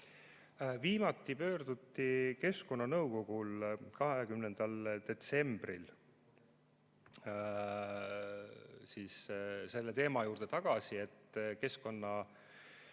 Viimati pöörduti keskkonnanõukogus 20. detsembril selle teema juurde tagasi, et